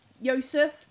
Yosef